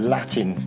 Latin